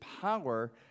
power